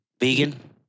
Vegan